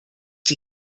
die